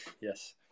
Yes